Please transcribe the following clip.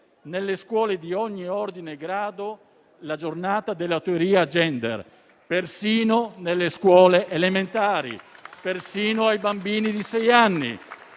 nelle scuole di ogni ordine e grado la Giornata della teoria *gender*, persino nelle scuole elementari, persino ai bambini di sei anni.